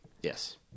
Yes